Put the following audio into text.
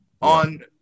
on